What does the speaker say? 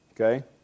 Okay